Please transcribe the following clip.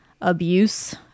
abuse